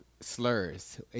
slurs